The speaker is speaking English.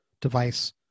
device